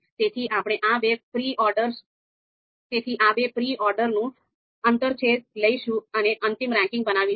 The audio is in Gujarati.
તેથી આપણે આ બે પ્રી ઓર્ડરનું આંતરછેદ લઈશું અને અંતિમ રેન્કિંગ બનાવીશું